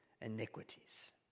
iniquities